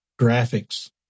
graphics